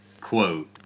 quote